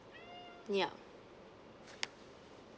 ya